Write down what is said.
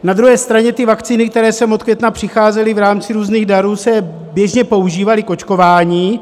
Na druhé straně ty vakcíny, které sem od května přicházely v rámci různých darů, se běžně používaly k očkování.